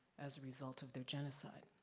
as a result of the genocide.